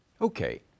Okay